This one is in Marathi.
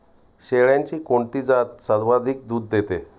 शेळ्यांची कोणती जात सर्वाधिक दूध देते?